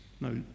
no